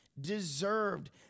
deserved